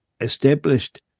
established